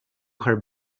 her